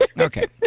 Okay